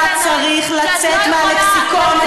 היה צריך לצאת מהלקסיקון,